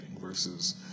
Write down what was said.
versus